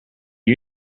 you